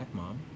mom